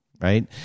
right